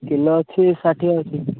kilo ଅଛି ଷାଠିଏ ଅଛି